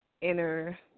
inner